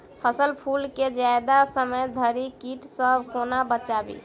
फल फुल केँ जियादा समय धरि कीट सऽ कोना बचाबी?